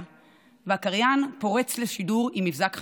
והקריין פורץ לשידור עם מבזק חדשות.